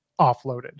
offloaded